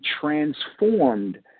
transformed